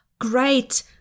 great